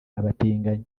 abatinganyi